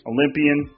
Olympian